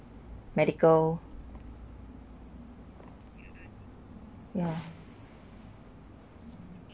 medical ya